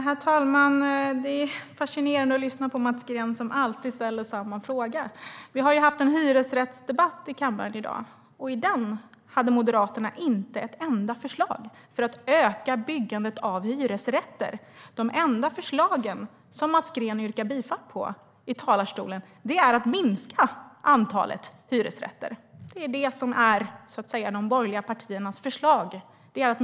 Herr talman! Det är fascinerande att lyssna på Mats Green, som alltid ställer samma fråga. Vi har ju haft en hyresrättsdebatt i kammaren i dag. I den hade Moderaterna inte ett enda förslag för att öka byggandet av hyresrätter. De enda förslag som Mats Green yrkade bifall till gällde att minska antalet hyresrätter. Det är det som är de borgerliga partiernas förslag.